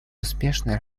успешной